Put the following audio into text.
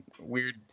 weird